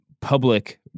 public